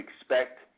expect